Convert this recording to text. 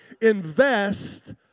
invest